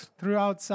throughout